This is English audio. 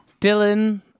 Dylan